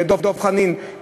ודב חנין,